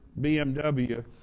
BMW